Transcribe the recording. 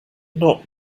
not